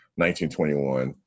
1921